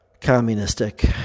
Communistic